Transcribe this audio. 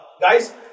guys